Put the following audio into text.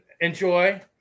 Enjoy